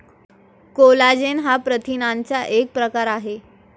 collagen हा प्रथिनांचा एक प्रकार आहे